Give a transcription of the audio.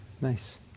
Nice